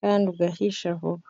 kandi ugahisha vuba.